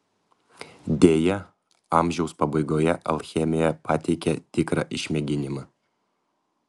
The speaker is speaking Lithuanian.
deja amžiaus pabaigoje alchemija pateikė tikrą išmėginimą